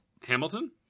Hamilton